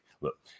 Look